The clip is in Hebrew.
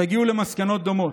תגיעו למסקנות דומות.